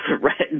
Right